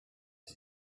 did